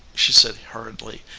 she said hurriedly,